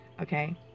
okay